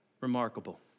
remarkable